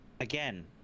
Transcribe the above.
again